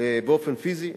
באופן פיזי,